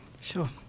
Sure